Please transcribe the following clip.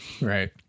right